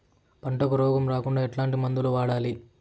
పంటకు రోగం రాకుండా ఎట్లాంటి మందులు వాడాలి?